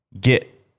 get